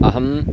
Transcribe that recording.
अहं